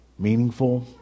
Meaningful